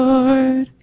Lord